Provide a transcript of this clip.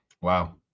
Wow